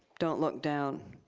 don't look down.